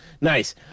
Nice